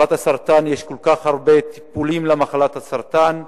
יש כל כך הרבה טיפולים למחלת הסרטן,